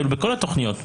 בכל התכניות,